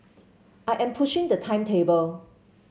I am pushing the timetable